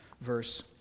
verse